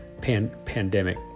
pandemic